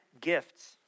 gifts